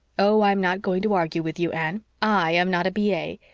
oh, i'm not going to argue with you, anne. i am not a b a.